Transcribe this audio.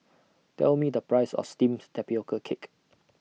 Tell Me The Price of Steamed Tapioca Cake